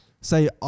Say